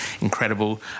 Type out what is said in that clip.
incredible